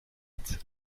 tête